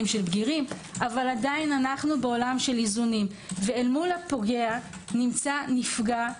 של בגירים אבל עדיין אנו בעולם איזונים ואל מול הפוגע נמצא נפגע,